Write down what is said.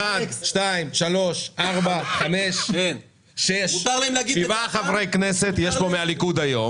יש כאן היום שבעה חברי כנסת מהליכוד,